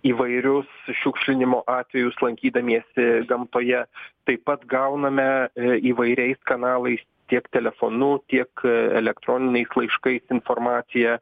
įvairius šiukšlinimo atvejus lankydamiesi gamtoje taip pat gauname įvairiais kanalais tiek telefonu tiek elektroniniais laiškais informaciją